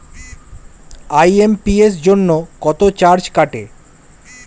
IMPS জন্য কত charge কাটে?